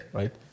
right